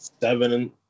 seven